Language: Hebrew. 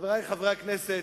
חברי חברי הכנסת,